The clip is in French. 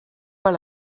pas